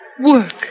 Work